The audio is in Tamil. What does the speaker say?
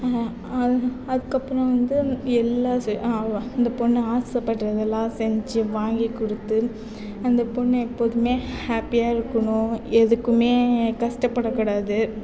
அதுக்கப்புறம் வந்து எல்லா இந்த பொண்ணு ஆசைப்படுறதெல்லாம் செஞ்சு வாங்கி கொடுத்து அந்த பொண்ணை எப்போதுமே ஹாப்பியாக இருக்கணும் எதுக்குமே கஷ்டப்படக்கூடாது